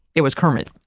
it was kermit.